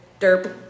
Derp